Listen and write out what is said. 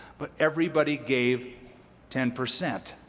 but everybody gave ten percent.